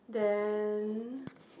then